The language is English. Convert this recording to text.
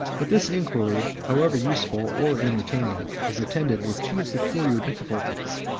but this inquiry, however useful or entertaining, is attended with two peculiar difficulties.